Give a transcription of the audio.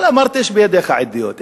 אבל אמרת, יש בידיך עדויות.